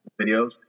videos